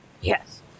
Yes